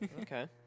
Okay